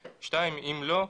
2. אם לא,